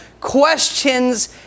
questions